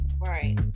Right